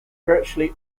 virtually